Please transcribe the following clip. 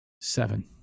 Seven